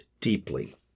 deeply